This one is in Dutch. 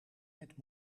met